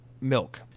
milk